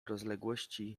rozległości